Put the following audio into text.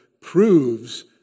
proves